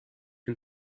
can